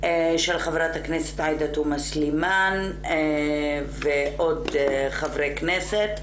של חברת הכנסת עאידה תומא סלימאן ועוד חברי כנסת.